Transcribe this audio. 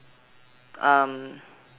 um